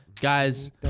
Guys